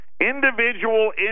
Individual